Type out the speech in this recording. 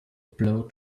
blow